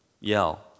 yell